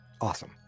Awesome